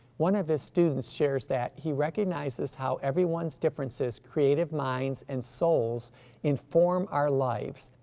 one of his students shares that, he recognizes how everyone's differences creative minds and souls inform our lives.